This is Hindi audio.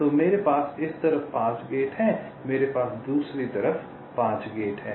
तो मेरे पास इस तरफ 5 गेट हैं मेरे पास दूसरी तरफ 5 गेट हैं